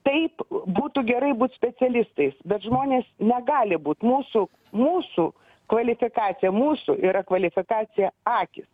taip būtų gerai būt specialistais bet žmonės negali būt mūsų mūsų kvalifikacija mūsų yra kvalifikacija akys